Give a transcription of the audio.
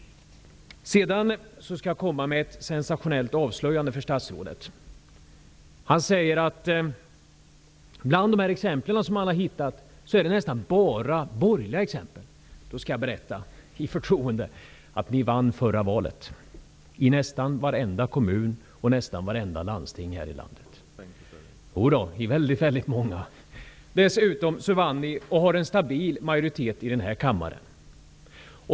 Sedan skall jag komma med ett sensationellt avslöjande för statsrådet, som säger att nästan alla de exempel han har hittat är borgerliga. Då skall jag i förtroende berätta att ni i förra valet vann i nästan varenda kommun och landsting i landet. Dessutom vann ni riksdagsvalet och har en stabil majoritet i den här kammaren.